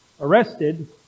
arrested